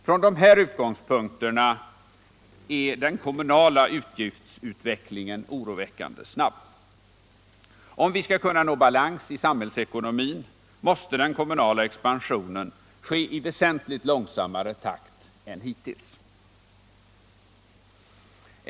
Från dessa utgångspunkter är den kommunala utgiftsutvecklingen oroväckande snabb. Om vi skall kunna nå balans i samhällsekonomin måste den kommunala expansionen ske i väsentligt långsammare takt än hittills.